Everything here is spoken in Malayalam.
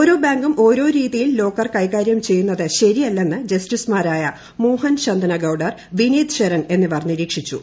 ഓരോ ബാങ്കും ഓരോ രീതിയിൽ ലോക്കർ കൈകാര്യം ചെയ്യുന്നത് ശരിയല്ലെന്ന് ജസ്റ്റിസുമാരായ മോഹൻ ശുന്റുന്ന ഗൌഡർ വിനീത് ശരൺ എന്നിവർ നിരീക്ഷിച്ചു